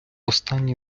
останній